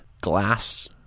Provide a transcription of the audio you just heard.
glass